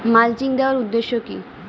Mulching দেওয়ার উদ্দেশ্য কি?